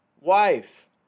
wife